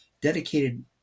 dedicated